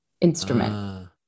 instrument